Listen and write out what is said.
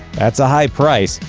that's a high price,